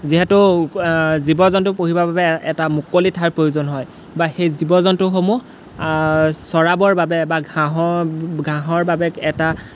যিহেতু জীৱ জন্তু পুহিবৰ বাবে এটা মুকলি ঠাইৰ প্ৰয়োজন হয় বা সেই জীৱ জন্তুসমূহ চৰাবৰ বাবে বা ঘাঁহৰ ঘাঁহৰ বাবে এটা